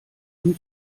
ihm